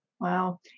Wow